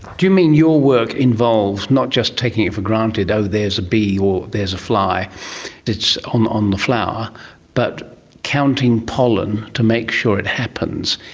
do you mean your work involves not just taking it for granted oh there's a bee or there's a fly that's um on the flower but counting pollen to make sure it happens.